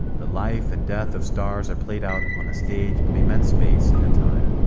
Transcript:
the life and death of stars are played out on a stage of immense space and time.